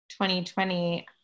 2020